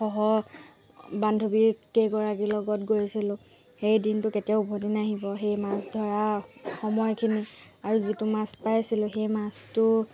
সহ বান্ধৱীকেইগৰাকীৰ লগত গৈছিলোঁ সেই দিনটো কেতিয়াও উভতি নাহিব সেই মাছ ধৰা সময়খিনি আৰু যিটো মাছ পাইছিলোঁ সেই মাছটো